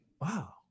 wow